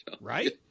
Right